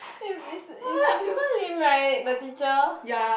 it's it's it's Mister Lim right the teacher